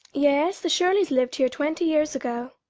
yes, the shirleys lived here twenty years ago,